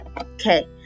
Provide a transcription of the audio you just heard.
Okay